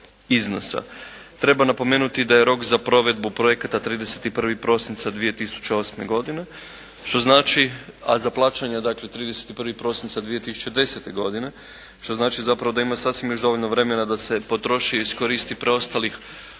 Treba napomenuti da je rok za provedbu projekata 31. prosinca 2008. godine što znači, a za plaćanje dakle 31. prosinca 2010. godine što znači zapravo da ima sasvim već dovoljno vremena da se potroši i iskoristi preostalih